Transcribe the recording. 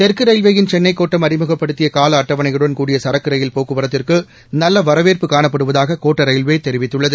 தெற்கு ரயில்வேயின் சென்னை கோட்டம் அறிமுகப்படுத்திய காலஅட்டவணையுடன் கூடிய சரக்கு ரயில் போக்குவரத்திற்கு நல்ல வரவேற்பு காணப்படுவதாக கோட்ட ரயில்வே தெரிவித்துள்ளது